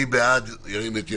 מי בעד, ירים את ידו?